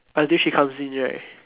until she comes in right